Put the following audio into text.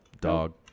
dog